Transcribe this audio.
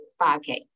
5K